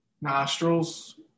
Nostrils